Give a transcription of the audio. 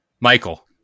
Michael